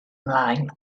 ymlaen